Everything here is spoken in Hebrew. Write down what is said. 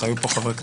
היו פה חברי כנסת.